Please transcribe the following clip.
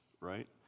right